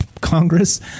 Congress